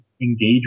engage